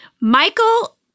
Michael